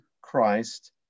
Christ